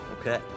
Okay